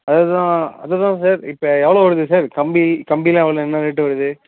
அது தான் அது தான் சார் இப்போ எவ்வளோ வருது சார் கம்பி கம்பிலாம் எவ்வளோ என்ன ரேட்டு வருது